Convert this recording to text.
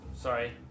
sorry